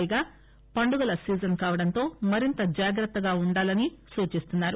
పైగా పండుగల సీజన్ కావడంతో మరింత జాగ్రత్తగా ఉండాలని సూచిస్తున్నారు